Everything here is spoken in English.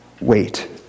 Wait